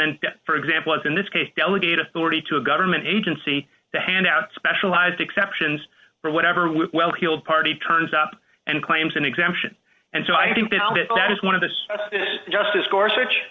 then for example as in this case delegate authority to a government agency to hand out specialized exceptions for whatever well heeled party turns up and claims an exemption and so i think that that is one of this justice